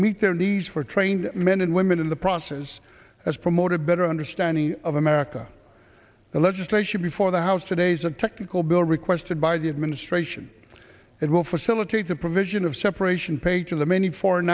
meet their needs for trained men and women in the process as promote a better understanding of america the legislation before the house today is a technical bill requested by the administration it will facilitate the provision of separation page of the many foreign